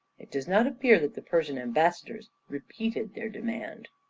it does not appear that the persian ambassadors repeated their demand.